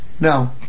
No